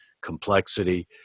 complexity